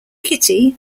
kitty